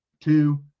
two